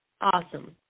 awesome